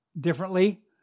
differently